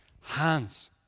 hands